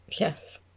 yes